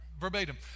Verbatim